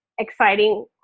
Exciting